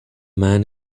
man